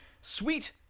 Sweet